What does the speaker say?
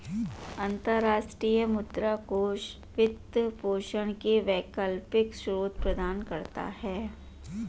अंतर्राष्ट्रीय मुद्रा कोष वित्त पोषण के वैकल्पिक स्रोत प्रदान करता है